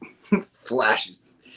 flashes